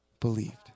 believed